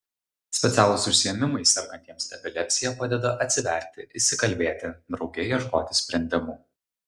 specialūs užsiėmimai sergantiems epilepsija padeda atsiverti išsikalbėti drauge ieškoti sprendimų